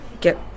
get